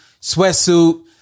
sweatsuit